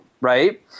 right